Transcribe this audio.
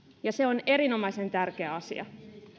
ja se on erinomaisen tärkeä asia